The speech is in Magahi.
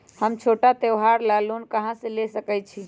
हम छोटा त्योहार ला लोन कहां से ले सकई छी?